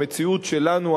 המציאות שלנו,